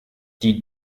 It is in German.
die